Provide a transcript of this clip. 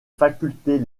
facultés